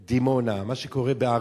בדימונה, מה שקורה בערד,